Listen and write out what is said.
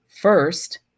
first